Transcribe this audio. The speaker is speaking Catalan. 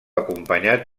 acompanyat